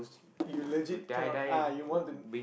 you legit cannot ah you want the